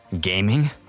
Gaming